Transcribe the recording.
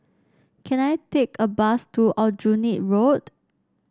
can I take a bus to Aljunied Road